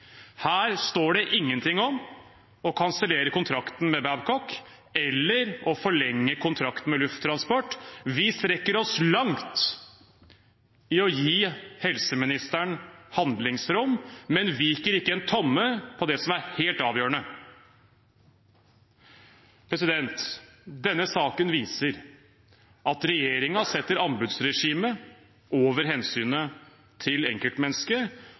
Her står det ingenting om å kansellere kontrakten med Babcock eller å forlenge kontrakten med Lufttransport. Vi strekker oss langt i å gi helseministeren handlingsrom, men viker ikke en tomme på det som er helt avgjørende. Denne saken viser at regjeringen setter anbudsregimet over hensynet til enkeltmennesket,